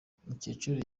mukecuru